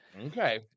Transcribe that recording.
Okay